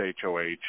HOH